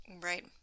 Right